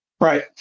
Right